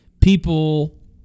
people